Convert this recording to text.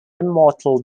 immortal